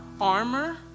armor